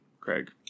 Craig